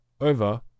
over